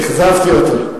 אכזבתי אותו.